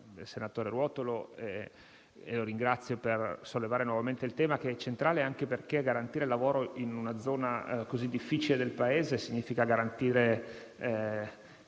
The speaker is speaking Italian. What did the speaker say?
senatore Ruotolo, che ringrazio per aver sollevato nuovamente il tema che è centrale, anche perché garantire il lavoro in una zona così difficile del Paese significa garantire